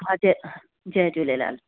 हा जय जय झूलेलाल